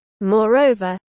Moreover